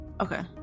Okay